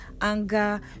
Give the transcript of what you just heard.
anger